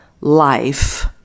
life